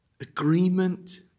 agreement